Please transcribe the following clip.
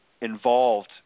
involved